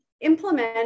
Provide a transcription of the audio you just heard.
implement